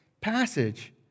passage